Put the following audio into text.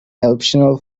optional